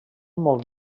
molt